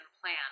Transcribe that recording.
plan